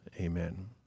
Amen